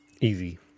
Easy